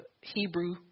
hebrew